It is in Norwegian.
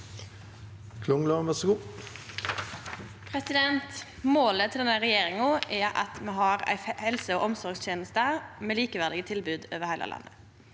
Målet til denne regjeringa er at me har ei helse- og omsorgsteneste med likeverdige tilbod over heile landet.